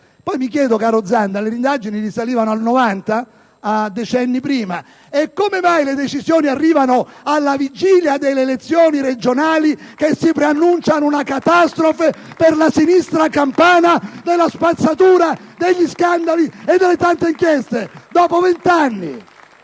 Poi mi chiedo, caro senatore Zanda, se le indagini risalivano al 1990, a decenni prima, come mai le decisioni arrivano alla vigilia delle elezioni regionali che si preannunciano una catastrofe per la sinistra campana della spazzatura, degli scandali e delle tante inchieste?! *(Applausi